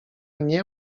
nie